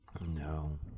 No